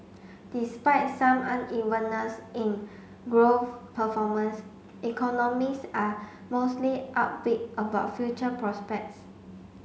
despite some unevenness in growth performance economists are mostly upbeat about future prospects